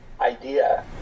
idea